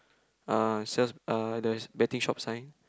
uh Sal's uh there is betting shop sign